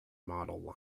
model